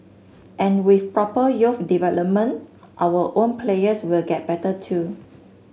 and with proper youth development our own players will get better too